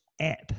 app